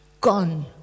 gone